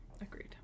Agreed